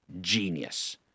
genius